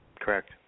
Correct